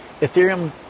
Ethereum